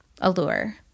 Allure